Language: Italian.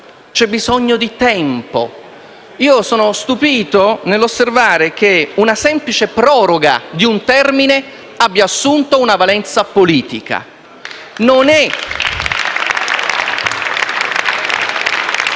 C'è bisogno di tempo; sono stupito nell'osservare come la semplice proroga di un termine abbia assunto una valenza politica.